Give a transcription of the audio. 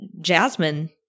Jasmine